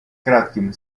кратким